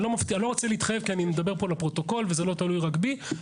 אני לא רוצה להתחייב כי אני מדבר פה לפרוטוקול וזה לא תלוי רק בי.